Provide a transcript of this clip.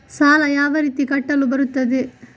ಸಾಲ ಯಾವ ರೀತಿ ಕಟ್ಟಲು ಬರುತ್ತದೆ?